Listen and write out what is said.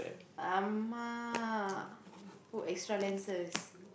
alamak put extra lenses